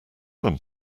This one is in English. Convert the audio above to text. them